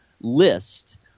list